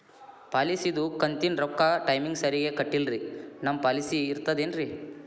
ಪಾಲಿಸಿದು ಕಂತಿನ ರೊಕ್ಕ ಟೈಮಿಗ್ ಸರಿಗೆ ಕಟ್ಟಿಲ್ರಿ ನಮ್ ಪಾಲಿಸಿ ಇರ್ತದ ಏನ್ರಿ?